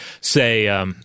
say